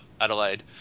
Adelaide